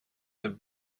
have